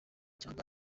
cyangwa